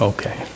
Okay